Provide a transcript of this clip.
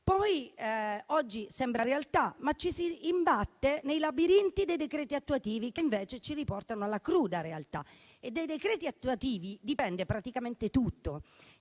fa. Oggi sembra realtà, ma ci si imbatte nei labirinti dei decreti attuativi, che invece ci riportano alla cruda realtà e dai decreti attuativi dipende praticamente tutto.